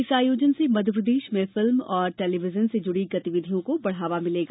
इस आयोजन से मध्यप्रदेश में फिल्म और टेलीविजन से जुड़ी गतिविधियों को बढ़ावा मिलेगा